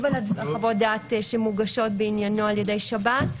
על חוות דעת שמוגשות בעניינו על-ידי שב"ס.